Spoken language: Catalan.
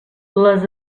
les